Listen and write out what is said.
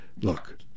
Look